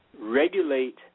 Regulate